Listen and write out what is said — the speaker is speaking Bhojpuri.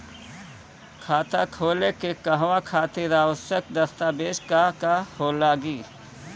खाता खोले के कहवा खातिर आवश्यक दस्तावेज का का लगी?